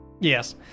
Yes